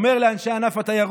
הוא אומר לאנשי ענף התיירות: